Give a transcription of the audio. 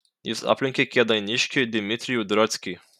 jis aplenkė kėdainiškį dimitrijų drackį